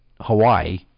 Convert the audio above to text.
Hawaii